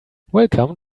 welcome